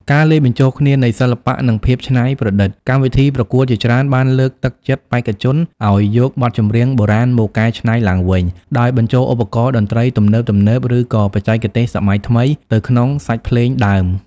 ការលាយបញ្ចូលគ្នានៃសិល្បៈនិងភាពច្នៃប្រឌិត កម្មវិធីប្រកួតជាច្រើនបានលើកទឹកចិត្តបេក្ខជនឲ្យយកបទចម្រៀងបុរាណមកកែច្នៃឡើងវិញដោយបញ្ចូលឧបករណ៍តន្ត្រីទំនើបៗឬក៏បច្ចេកទេសសម័យថ្មីទៅក្នុងសាច់ភ្លេងដើម។